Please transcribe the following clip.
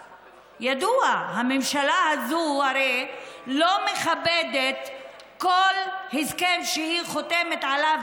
ידוע: הממשלה הזאת הרי לא מכבדת כל הסכם שהיא חותמת עליו,